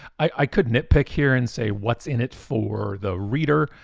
i could nitpick here and say what's in it for the reader,